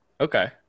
Okay